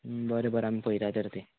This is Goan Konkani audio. बरें बरें आमी पळयता तर तें